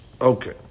Okay